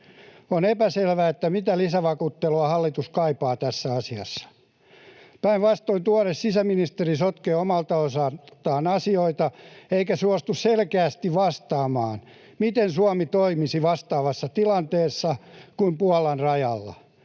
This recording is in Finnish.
On epäselvää, mitä lisävakuuttelua hallitus kaipaa tässä asiassa. Päinvastoin tuore sisäministeri sotkee omalta osaltaan asioita eikä suostu selkeästi vastaamaan, miten Suomi toimisi vastaavassa tilanteessa kuin Puolan rajalla,